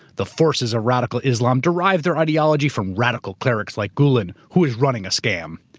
the forces of radical islam derive their ideology from radical clerics like gulen, who is running a scam.